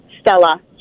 Stella